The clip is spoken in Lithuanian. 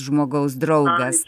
žmogaus draugas